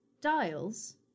dials